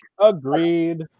Agreed